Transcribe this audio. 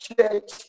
church